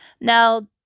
Now